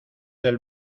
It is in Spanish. del